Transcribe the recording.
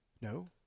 No